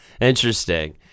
Interesting